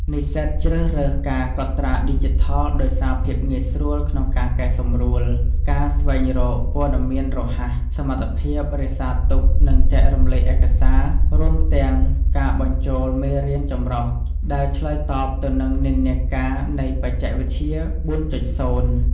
និស្សិតជ្រើសរើសការកត់ត្រាឌីជីថលដោយសារភាពងាយស្រួលក្នុងការកែសម្រួល ការស្វែងរកព័ត៌មានរហ័ស សមត្ថភាពរក្សាទុក និងចែករំលែកឯកសារ រួមទាំងការបញ្ចូលមេរៀនម្រុះ ដែលឆ្លើយតបទៅនឹងនិន្នាការនៃបច្ចេកវិទ្យា ៤.០។